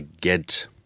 get